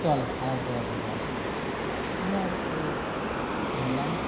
চল আর এক জায়গায় ঘুরে আসি ঘোরার পরে ঘুরলাম